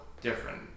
different